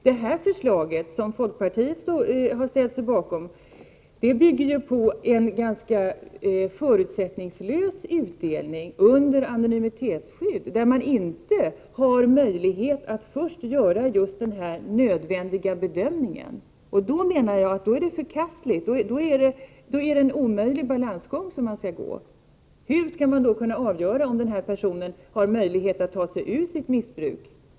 Det förslag som folkpartiet har ställt sig bakom bygger ju på en ganska förutsättningslös utdelning under anonymitetsskydd, då man inte har möjlighet att först göra den nödvändiga bedömningen. Det är förkastligt — då är det en omöjlig balansgång som man skall gå. Hur skall man då kunna avgöra om den här personen har möjlighet att ta sig ur sitt missbruk?